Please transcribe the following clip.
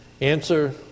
Answer